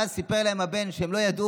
ואז סיפר להם הבן, והם לא ידעו: